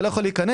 לא יכול להיכנס?